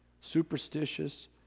superstitious